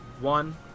one